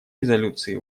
резолюции